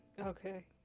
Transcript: Okay